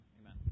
amen